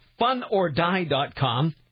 FunOrDie.com